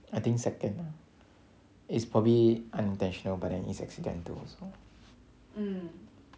I think second ah is probably unintentional but then is accidental also